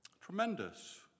Tremendous